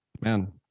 man